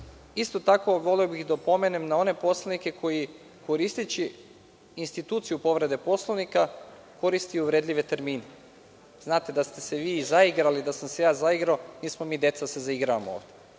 tako, voleo bih da opomenem na one poslanike koji koristeći instituciju povrede Poslovnika, koriste uvredljive termine. Znate, da ste se vi zaigrali, da sam se ja zaigrao, nismo mi deca da zaigravamo.